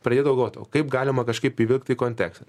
pradėdavau galvoti o kaip galima kažkaip įvilkti į kontekstą